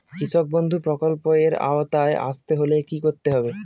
কৃষকবন্ধু প্রকল্প এর আওতায় আসতে হলে কি করতে হবে?